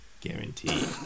Guaranteed